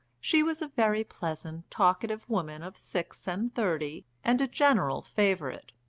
she was a very pleasant, talkative woman of six-and-thirty, and a general favourite.